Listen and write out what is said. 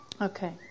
Okay